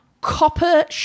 copper